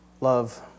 Love